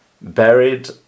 buried